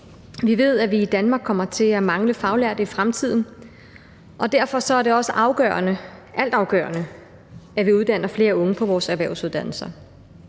Vi ved, at vi i Danmark kommer til at mangle faglærte i fremtiden, og derfor er det også altafgørende, at vi uddanner flere unge på vores erhvervsuddannelser.